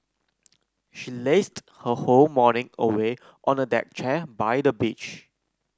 she lazed her whole morning away on a deck chair by the beach